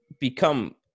become